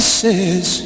says